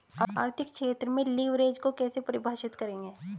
आर्थिक क्षेत्र में लिवरेज को कैसे परिभाषित करेंगे?